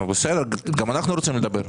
נו בסדר, גם אנחנו רוצים לדבר.